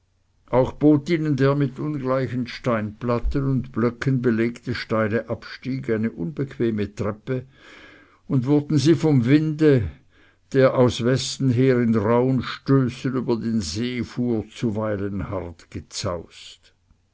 auch bot ihnen der mit ungleichen steinplatten und blöcken belegte steile absteig eine unbequeme treppe und wurden sie vom winde der aus westen her in rauhen stößen über den see fuhr zuweilen hart gezaust